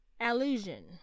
allusion